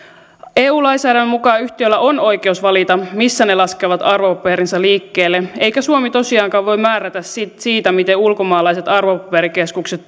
eu lainsäädännön mukaan yhtiöillä on oikeus valita missä ne laskevat arvopaperinsa liikkeelle eikä suomi tosiaankaan voi määrätä siitä miten ulkomaalaiset arvopaperikeskukset